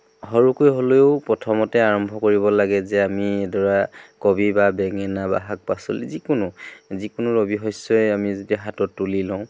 সৰুকৈ হ'লেও প্ৰথমতে আৰম্ভ কৰিব লাগে যে আমি এডৰা কবি বা বেঙেনা বা শাক পাচলি যিকোনো যিকোনো ৰবি শস্যই আমি যদি হাতত তুলি লওঁ